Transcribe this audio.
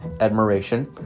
admiration